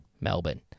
Melbourne